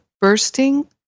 bursting